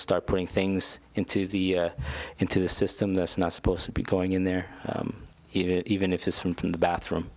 start putting things into the into the system that's not supposed to be going in there even if it's from from the bathroom